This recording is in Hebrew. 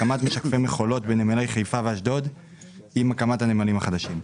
הקמת משקפי מכולות בנמלי חיפה ואשדוד עם הקמת הנמלים החדשים.